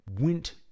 went